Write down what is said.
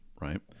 right